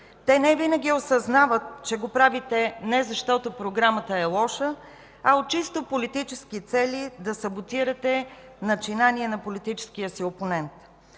Те не винаги осъзнават, че го правите не защото програмата е лоша, а от чисто политически цели да саботирате начинание на политическия си опонент.